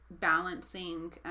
balancing